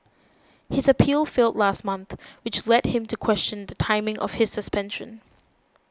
his appeal failed last month which led him to question the timing of his suspension